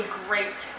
great